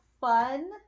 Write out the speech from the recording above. fun